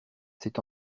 cet